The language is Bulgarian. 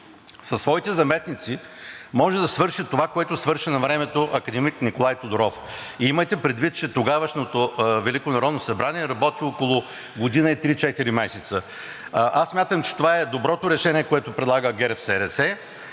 със своите заместници, може да свърши това, което свърши навремето академик Николай Тодоров. Имайте предвид, че тогавашното Велико народно събрание работи около година и три-четири месеца. Смятам, че това е доброто решение, което предлага ГЕРБ-СДС.